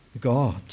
God